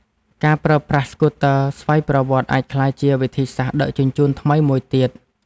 ការប្រើប្រាស់ស្កូទ័រស្វ័យប្រវត្តិ អាចក្លាយជាវិធីសាស្ត្រដឹកជញ្ជូនថ្មីមួយទៀត។